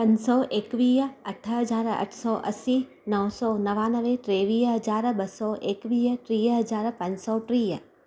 पंज सौ एकवीह अठ हज़ार अठ सौ असी नव सौ नवानवे ट्रेवीअ हज़ार ॿ सौ एकवीह टीह हज़ार पंज सौ टीह